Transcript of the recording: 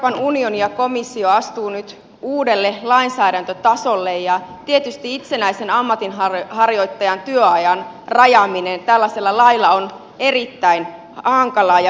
euroopan unioni ja komissio astuvat nyt uudelle lainsäädäntötasolle ja tietysti itsenäisen ammatinharjoittajan työajan rajaaminen tällaisella lailla on erittäin hankalaa ja vaikeaa